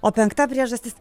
o penkta priežastis